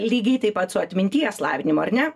lygiai taip pat su atminties lavinimu ar ne